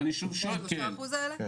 כן.